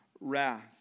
wrath